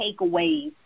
takeaways